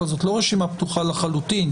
אבל זאת לא רשימה פתוחה לחלוטין,